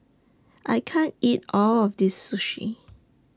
I can't eat All of This Sushi